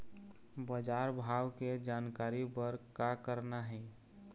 बजार भाव के जानकारी बर का करना हे?